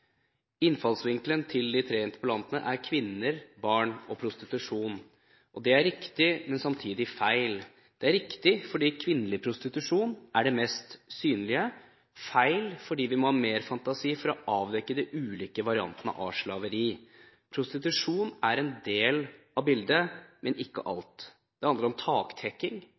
Innfallsvinkelen til de tre interpellantene er kvinner, barn og prostitusjon. Det er riktig, men samtidig feil. Det er riktig fordi kvinnelig prostitusjon er det mest synlige, men det er feil fordi vi må ha mer fantasi for å avdekke de ulike variantene av slaveri. Prostitusjon er en del av bildet, men ikke alt. Det handler om taktekking,